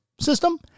system